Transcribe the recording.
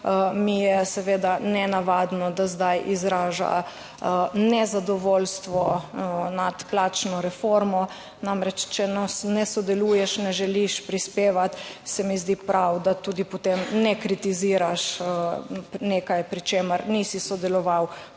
Mi je seveda nenavadno, da zdaj izraža nezadovoljstvo nad plačno reformo. Namreč, če ne sodeluješ, ne želiš prispevati, se mi zdi prav, da tudi potem ne kritiziraš nekaj pri čemer nisi sodeloval,